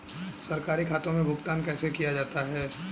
सरकारी खातों में भुगतान कैसे किया जाता है?